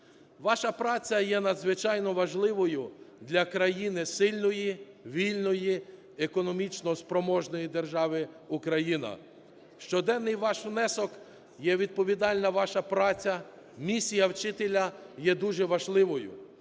Ваша праця є надзвичайно важливою для країни сильної, вільної, економічно спроможної держави Україна. Щоденний ваш внесок є відповідальна ваша праця, місія вчителя є дуже важливою,